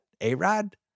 A-Rod